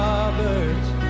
Roberts